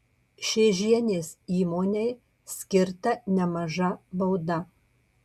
šėžienės įmonei skirta nemaža bauda